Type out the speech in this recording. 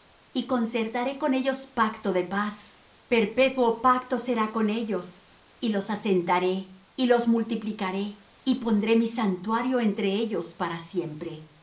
y concertaré con ellos pacto de paz perpetuo pacto será con ellos y los asentaré y los multiplicaré y pondré mi santuario entre ellos para siempre